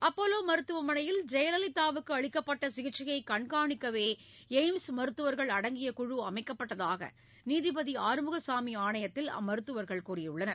Apollo மருத்துவமனையில் ஜெயலலிதாவுக்கு அளிக்கப்பட்ட சிகிச்சையை கண்காணிக்கவே எய்ம்ஸ் மருத்துவர்கள் அடங்கிய குழு அமைக்கப்பட்டதாக நீதிபதி ஆறுமுகசாமி ஆணையத்தில் அம்மருத்துவர்கள் தெரிவித்துள்ளனர்